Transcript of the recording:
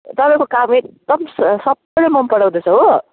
तपाईँको काम एकदम सबैले मन पराउँदैछ हो